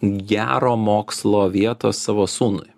gero mokslo vietos savo sūnui